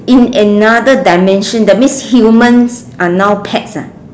in another dimension that means humans are now pets ah